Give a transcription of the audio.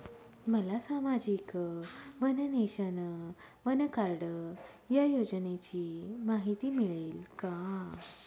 मला सामाजिक one nation, one card या योजनेची माहिती मिळेल का?